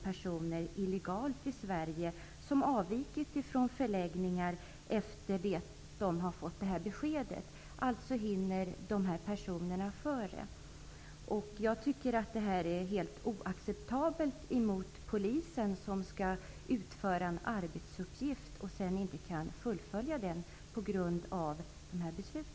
De har avvikit från förläggningar efter det att de har fått det här beskedet. De här personerna hinner alltså före. Jag tycker att det är helt oacceptabelt gentemot polisen som skall utföra en arbetsuppgift som inte kan fullföljas till följd av dessa beslut.